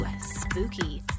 Spooky